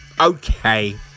okay